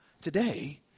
today